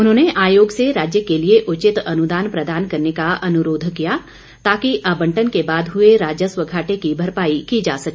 उन्होंने आयोग से राज्य के लिए उचित अनुदान प्रदान करने का अनुरोध किया ताकि आबंटन के बाद हुए राजस्व घाटे की भरपाई की जा सके